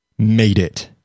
MADEIT